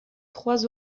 trois